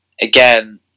again